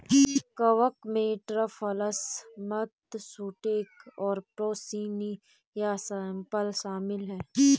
कवक में truffles, matsutake और पोर्सिनी या सेप्स शामिल हैं